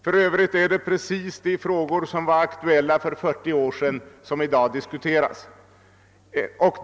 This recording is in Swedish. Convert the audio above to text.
För övrigt är det precis de frågor som var aktuella för 40 år sedan som i dag diskuteras.